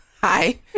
hi